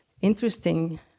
interesting